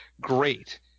great